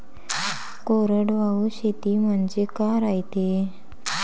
कोरडवाहू शेती म्हनजे का रायते?